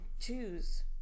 choose